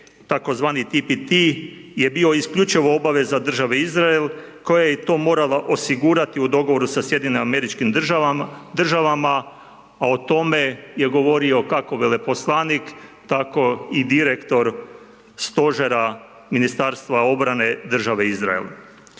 tzv. TPT je bio isključivo obaveza Države Izrael koja je i to morala osigurati u dogovoru sa SAD-om a o tome je govorio kako veleposlanik, tako i direktor stožera Ministarstva obrane Države Izrael.